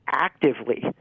actively